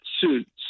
suits